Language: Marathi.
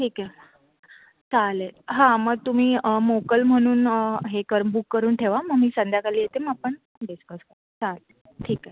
ठीक आहे चालेल हां मग तुम्ही मोकल म्हणून हे करू बुक करून ठेवा मग मी संध्याकाळी येते मग आपण डिस्कस चालेल ठीक आहे